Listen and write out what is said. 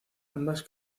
ambas